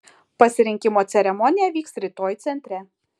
pasirinkimo ceremonija vyks rytoj centre